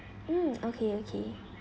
mm okay okay